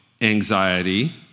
anxiety